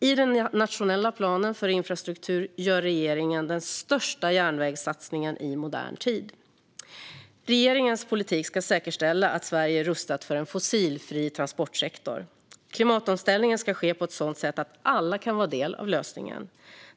I den nationella planen för infrastruktur gör regeringen den största järnvägssatsningen i modern tid. Regeringens politik ska säkerställa att Sverige är rustat för en fossilfri transportsektor. Klimatomställningen ska ske på ett sådant sätt att alla kan vara en del av lösningen.